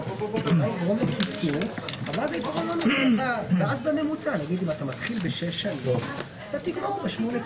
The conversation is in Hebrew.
הישיבה ננעלה בשעה 14:00.